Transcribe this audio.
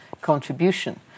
contribution